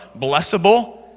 blessable